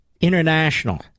international